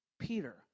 Peter